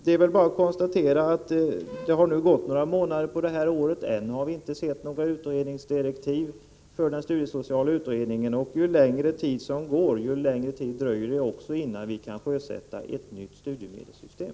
Det är bara att konstatera att det nu har gått ett antal månader på detta år men att vi ännu inte har sett några direktiv för den studiesociala utredningen. Ju längre tid som går, desto längre dröjer det också innan vi kan sjösätta ett nytt studiemedelssystem.